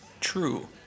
True